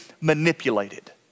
manipulated